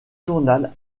journal